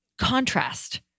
Contrast